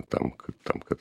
tam kad tam kad